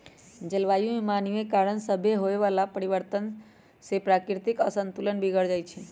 जलवायु में मानवीय कारण सभसे होए वला परिवर्तन से प्राकृतिक असंतुलन बिगर जाइ छइ